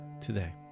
today